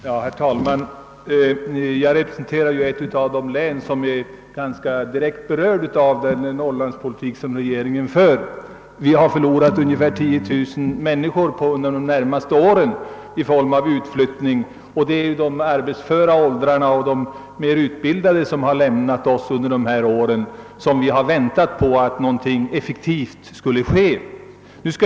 Herr talman! Jag representerar ett av de län som är direkt berörda av den av regeringen förda Norrlandspolitiken. Mitt hemlän har genom utflyttning förlorat ungefär 10 000 människor under de senaste åren, framför allt personer i de arbetsföra åldrarna och personer med bättre utbildning. Därför har vi väntat på att något effektivt skulle vidtas.